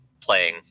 playing